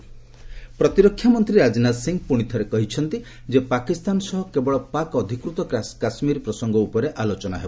ରାଜନାଥ କାଶ୍ମୀର ପ୍ରତିରକ୍ଷା ମନ୍ତ୍ରୀ ରାଜନାଥ ସିଂ ପୁଣି ଥରେ କହିଛନ୍ତି ଯେ ପାକିସ୍ତାନ ସହ କେବଳ ପାକ୍ ଅଧିକୃତ କାଶ୍କୀର ପ୍ରସଙ୍ଗ ଉପରେ ହିଁ ଆଲୋଚନା ହେବ